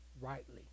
rightly